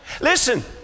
Listen